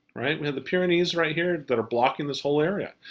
right, we have the pyrenees right here, that are blocking this whole area.